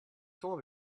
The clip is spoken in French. temps